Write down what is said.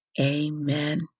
Amen